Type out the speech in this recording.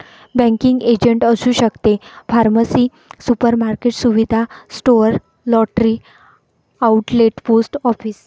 banking agent असू शकते pharmacy supermarket सुविधा store lottery outlet post office